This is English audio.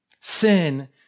Sin